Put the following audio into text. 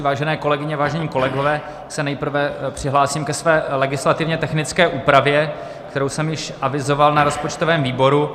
Vážené kolegyně, vážení kolegové, já se nejprve přihlásím ke své legislativně technické úpravě, kterou jsem již avizoval na rozpočtovém výboru.